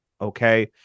Okay